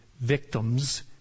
victims